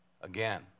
again